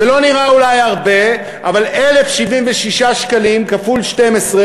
זה אולי לא נראה הרבה, אבל 1,076 כפול 12,